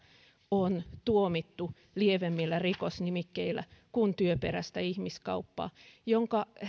on tuomittu lievemmillä rikosnimikkeillä kuin työperäistä ihmiskauppaa minkä